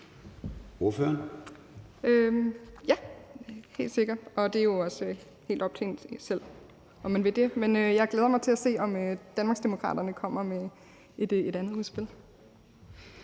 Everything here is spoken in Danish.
helt sikkert, og det er jo også helt op til en selv, om man vil det. Men jeg glæder mig til at se, om Danmarksdemokraterne kommer med et andet udspil.